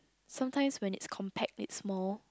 sometimes when it's compact it's small